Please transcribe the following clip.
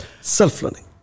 Self-learning